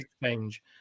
exchange